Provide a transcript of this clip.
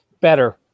Better